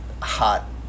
hot